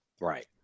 Right